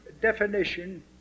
definition